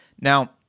Now